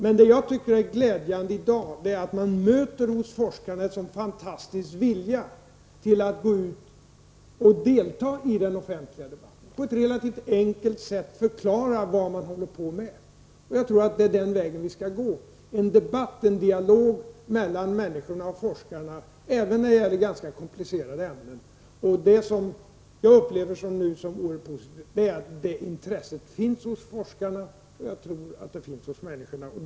Men det jag tycker är glädjande i dag är att man hos forskarna möter en så fantastisk vilja att delta i den offentliga debatten, att på ett relativt enkelt sätt förklara vad man håller på med. Jag tror att den väg vi skall gå är att försöka få till stånd en debatt, en dialog, mellan människorna och forskarna, även när det gäller ganska komplicerade ämnen. Jag upplever det som oerhört positivt att det intresset nu finns hos forskarna, och jag tror att det finns hos människorna.